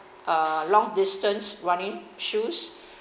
uh long distance running shoes